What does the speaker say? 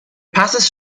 passes